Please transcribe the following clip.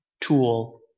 tool